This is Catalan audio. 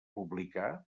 publicar